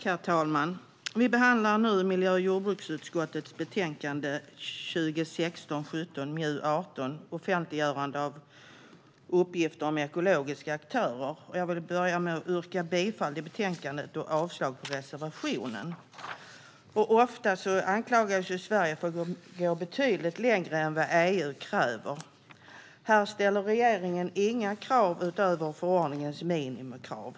Herr talman! Vi behandlar nu miljö och jordbruksutskottets betänkande 2016/17:MJU18 Offentliggörande av uppgifter om ekologiska aktörer . Jag vill börja med att yrka bifall till utskottets förslag i betänkandet och avslag på reservationen. Sverige anklagas ofta för att gå betydligt längre än EU kräver. Här ställer regeringen inga krav utöver förordningens minimikrav.